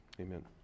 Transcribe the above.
Amen